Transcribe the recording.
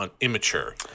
immature